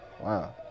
Wow